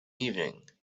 evening